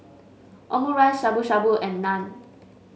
Omurice Shabu Shabu and Naan